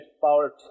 power